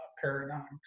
paradigm